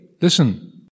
listen